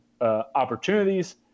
opportunities